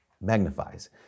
magnifies